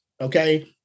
okay